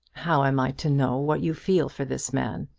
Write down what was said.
how am i to know what you feel for this man?